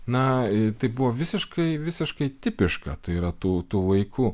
na tai buvo visiškai visiškai tipiška tai yra tų tų laikų